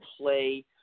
play